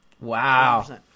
Wow